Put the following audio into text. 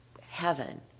heaven